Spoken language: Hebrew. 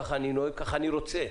כך אני נוהג, כך אני רוצה.